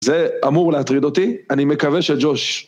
זה אמור להטריד אותי, אני מקווה שג'וש...